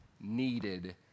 needed